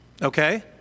Okay